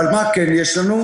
אבל מה כן יש לנו?